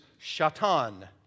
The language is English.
shatan